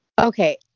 Okay